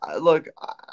Look